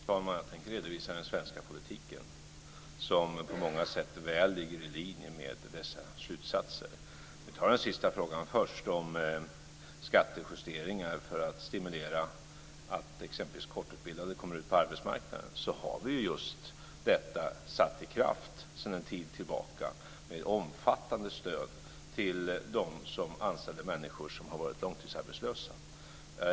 Fru talman! Jag tänker redovisa den svenska politiken som på många sätt väl ligger i linje med dessa slutsatser. Om jag tar den sista frågan först, om skattejusteringar för att stimulera att exempelvis kortutbildade kommer ut på arbetsmarknaden, så har vi just detta satt i kraft sedan en tid tillbaka med omfattande stöd till dem som anställer människor som har varit långtidsarbetslösa.